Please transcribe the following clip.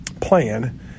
plan